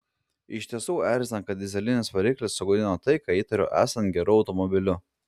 iš tiesų erzina kad dyzelinis variklis sugadino tai ką įtariu esant geru automobiliu